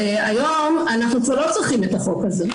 היום אנחנו כבר לא צריכים את החוק הזה,